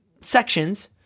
sections